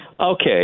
Okay